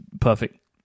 perfect